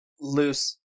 loose